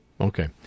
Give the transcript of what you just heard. Okay